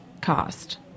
cost